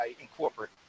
incorporate